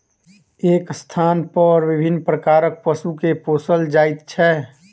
एक स्थानपर विभिन्न प्रकारक पशु के पोसल जाइत छै